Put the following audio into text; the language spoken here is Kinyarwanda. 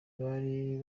bari